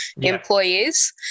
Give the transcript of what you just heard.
employees